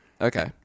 Okay